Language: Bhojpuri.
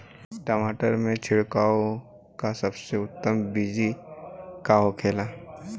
टमाटर में छिड़काव का सबसे उत्तम बिदी का होखेला?